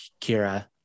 Kira